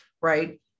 right